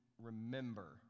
remember